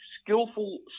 Skillful